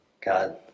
God